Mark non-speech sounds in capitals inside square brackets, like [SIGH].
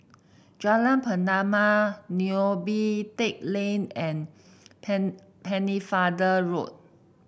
Jalan Pernama Neo Pee Teck Lane and [UNINTELLIGIBLE] Pennefather Road